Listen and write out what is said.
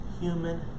human